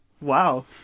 Wow